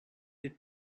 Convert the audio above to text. the